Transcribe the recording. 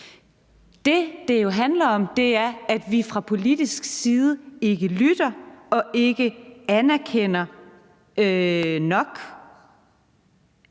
Det, det jo handler om, er, at vi fra politisk side ikke lytter og ikke anerkender nok,